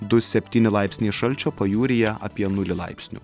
du septyni laipsniai šalčio pajūryje apie nulį laipsnių